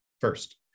First